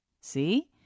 See